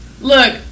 Look